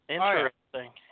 Interesting